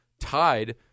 tied